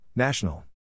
National